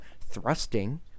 Thrusting